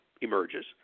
emerges